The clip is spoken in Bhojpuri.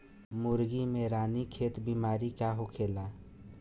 मुर्गी में रानीखेत बिमारी का होखेला?